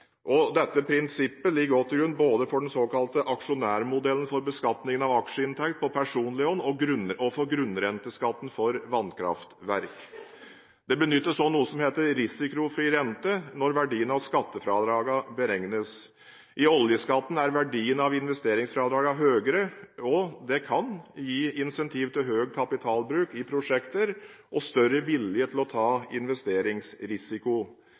Dette prinsippet ligger også til grunn både for den såkalte aksjonærmodellen for beskatningen av aksjeinntekt for personlige aksjonærer og for grunnrenteskatten for vannkraftverk. Det benyttes også noe som heter risikofri rente, når verdien av skattefradragene beregnes. I oljeskatten er verdien av investeringsfradragene høyere, og det kan gi incentiv til høy kapitalbruk i prosjekter og større vilje til å ta investeringsrisiko.